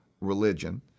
religion